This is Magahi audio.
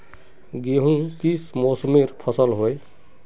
गेहूँ किस मौसमेर फसल होय?